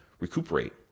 recuperate